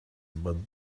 but